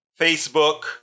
Facebook